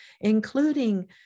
including